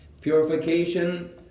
purification